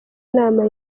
nama